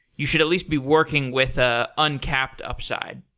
you should at least be working with ah uncapped upside.